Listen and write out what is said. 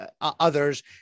others